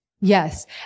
yes